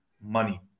money